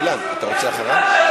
אילן, אתה רוצה אחריו?